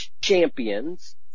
champions